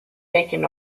taken